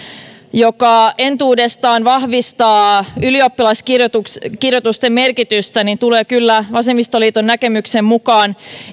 joka entuudestaan vahvistaa ylioppilaskirjoitusten merkitystä tulee kyllä vasemmistoliiton näkemyksen mukaan